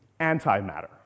antimatter